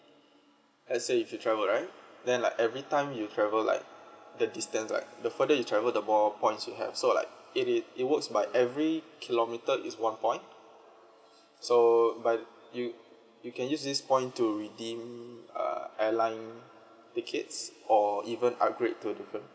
let's say if you travel right then like every time you travel like the distance like the further you travel the more points you have so like it is it works by every kilometre is one point so but you you can use this point to redeem uh airline tickets or even upgrade to different